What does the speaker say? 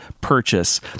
purchase